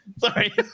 Sorry